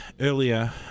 earlier